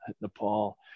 Nepal